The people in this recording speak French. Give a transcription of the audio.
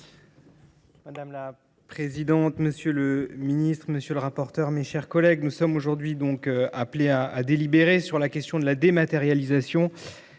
Madame la présidente, monsieur le ministre, mes chers collègues, nous sommes aujourd’hui appelés à délibérer sur la question de la dématérialisation